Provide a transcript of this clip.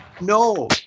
No